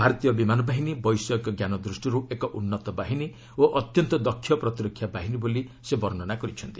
ଭାରତୀୟ ବିମାନ ବାହିନୀ ବୈଷୟିକ ଜ୍ଞାନଦୃଷ୍ଟିରୁ ଏକ ଉନ୍ନତବାହିନୀ ଓ ଅତ୍ୟନ୍ତ ଦକ୍ଷ ପ୍ରତିରକ୍ଷା ବାହିନୀ ବୋଲି ସେ ବର୍ଷନା କରିଛନ୍ତି